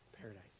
Paradise